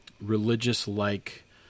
religious-like